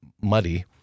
muddy